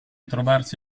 trovarsi